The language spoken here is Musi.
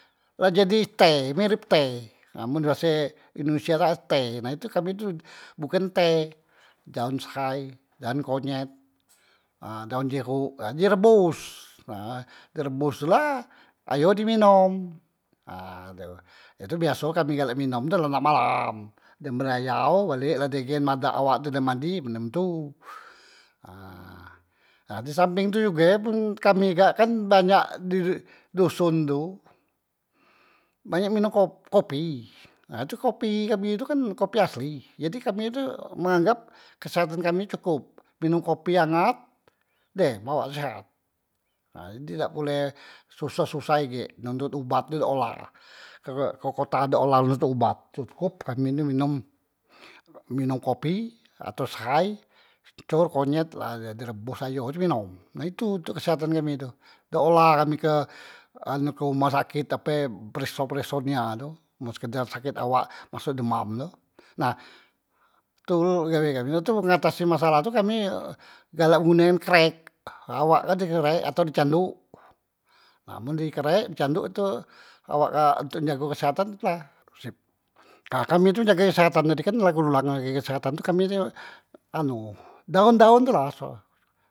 La jadi teh, mirep teh, men baso indonesia kak teh nah kami tu bukan teh, daon sehai daon konyet ha daon jerok di rebos, nah di rebos tula ayo di minom ha tu, he tu biaso kami galak minum tu la nak malam, dem berayau balek la dengen badan awak tu la dem mandi minum tu nah di sampeng tu juge men kami kak kan banyak di doson tu banyak min minom kopi, ha tu kopi kami kan kopi asli jadi kami tu menganggap kesehatan kami cokop minom kopi angat dem awak tu sehat, ha jadi dak pule susah- susah ige notot obat tu dak olah, ke kota dak olah notot obat cukup kami ni minum kopi atau sehai kencor konyit la di rebos ayo tu di minom nah tu ntok kesehatan kami tu dak olah kami ke rumah saket ape prekso- prekso nia tu men sekedar saket awak temasok demam tu, nah tu ye gale tuk mengatasi masalah tu kami galak ngunde krek awak kak di kerek ato di candok, nah men di kerek ape di candok tu awak kak untok jage kesehatan tu la sip, nah kami tu jage kesehatan tadi kan la kegulang lagi kesehatan tu kami anu daon- daon tu la so.